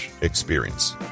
experience